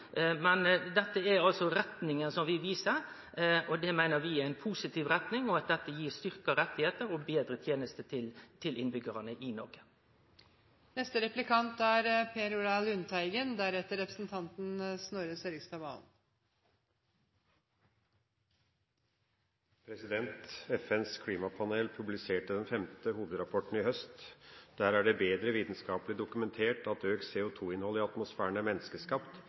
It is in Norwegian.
Men dette er altså den retninga vi viser, og vi meiner det er ei positiv retning, og at dette gir styrkte rettar og betre tenester til innbyggjarane i Noreg. FNs klimapanel publiserte i høst sin femte hovedrapport. Der er det bedre vitenskapelig dokumentert at økt CO2-innhold i atmosfæren er menneskeskapt,